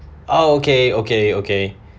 oh okay okay okay